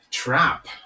Trap